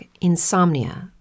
insomnia